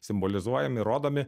simbolizuojami ir rodomi